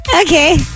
Okay